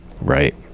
Right